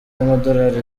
y’amadolari